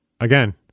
again